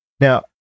Now